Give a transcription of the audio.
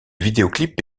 vidéoclip